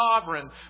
sovereign